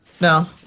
no